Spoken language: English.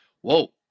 Whoa